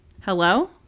Hello